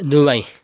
Dubai